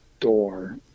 door